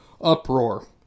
uproar